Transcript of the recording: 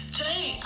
Today